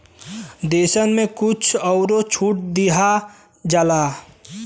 देसन मे कुछ अउरो छूट दिया जाला